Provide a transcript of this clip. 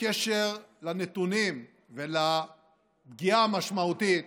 בקשר לנתונים ולפגיעה המשמעותית